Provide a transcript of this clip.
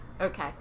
Okay